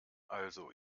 also